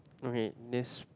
okay next